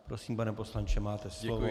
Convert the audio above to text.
Prosím, pane poslanče, máte slovo.